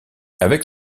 avec